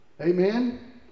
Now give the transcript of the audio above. Amen